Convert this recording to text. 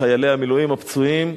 בחיילי המילואים הפצועים.